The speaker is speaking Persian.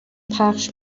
پخش